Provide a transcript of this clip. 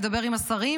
לדבר עם השרים,